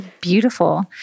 beautiful